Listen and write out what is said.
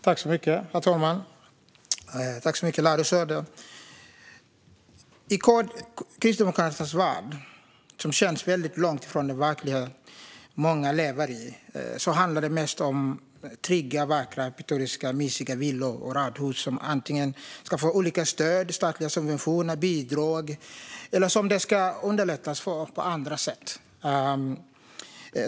Herr talman! I Kristdemokraternas värld - som känns väldigt långt ifrån den verklighet många lever i - handlar det mest om trygga, vackra, pittoreska och mysiga villor och radhus. Dessa ska antingen få olika stöd, statliga subventioner och bidrag, eller också ska det underlättas för dem på andra sätt.